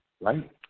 right